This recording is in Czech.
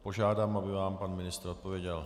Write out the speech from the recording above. Požádám, aby vám pan ministr odpověděl.